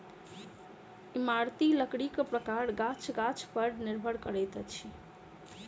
इमारती लकड़ीक प्रकार गाछ गाछ पर निर्भर करैत अछि